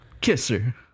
kisser